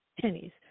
pennies